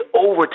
over